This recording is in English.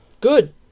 Good